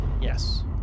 Yes